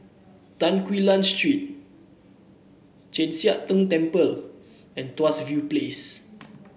Tan Quee Lan Street Chek Sian Tng Temple and Tuas View Place